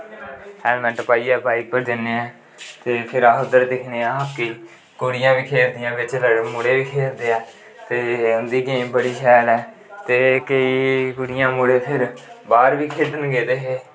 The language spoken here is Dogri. हैलमट पाइयै बाईक पर जन्ने ऐ ते फिर अस उद्धर दिक्खने आं हाकी कुड़ियां बी खेलदियां बिच्च मुड़े बी खेलदे ऐ ते उं'दी गेम बड़ी शैल ऐ ते केईं कुड़ियां मुड़े फिर बाह्र बी खेढन गेदे हे